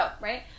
right